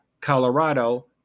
Colorado